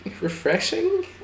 refreshing